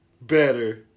Better